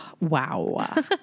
Wow